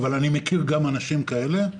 אבל אני מכיר גם אנשים כאלה.